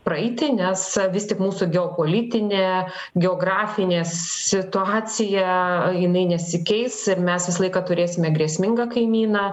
praeiti nes vis tik mūsų geopolitinė geografinė situacija jinai nesikeis ir mes visą laiką turėsime grėsmingą kaimyną